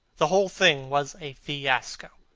the whole thing was a fiasco.